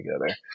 together